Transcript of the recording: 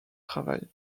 travail